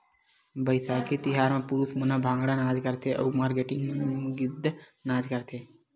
बइसाखी तिहार म पुरूस मन ह भांगड़ा नाच करथे अउ मारकेटिंग मन गिद्दा नाच करथे